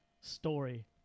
story